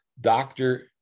doctor